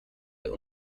der